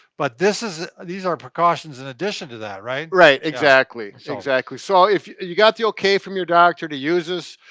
but this is. these are precautions in addition to that right? right, exactly, exactly. so, if you got the okay from your doctor to use this,